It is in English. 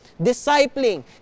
Discipling